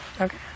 okay